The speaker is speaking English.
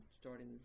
starting